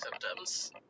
symptoms